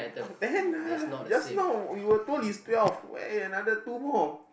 the hand just now we were told it's twelve where another two more